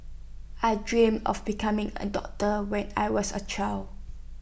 I dreamt of becoming A doctor when I was A child